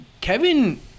Kevin